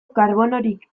karbonorik